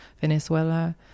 venezuela